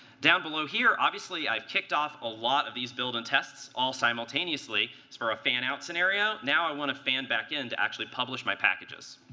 down below here, obviously, i've kicked off a lot of these build and tests all simultaneously for a fan out scenario. now, i want to fan back in to actually publish my packages.